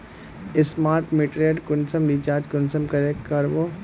Smart मीटरेर कुंसम recharge कुंसम करे का बो?